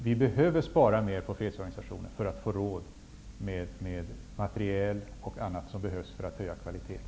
Vi behöver spara mer på fredsorganisationen för att få råd med materiel och annat som behövs för att höja kvaliteten.